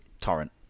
torrent